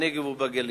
בנגב ובגליל,